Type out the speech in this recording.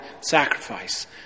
sacrifice